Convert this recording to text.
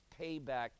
payback